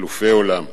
אלופי עולם.